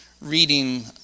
reading